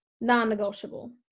non-negotiable